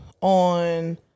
on